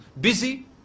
busy